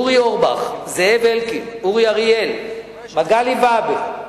אורי אורבך, זאב אלקין, אורי אריאל, מגלי והבה,